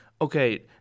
okay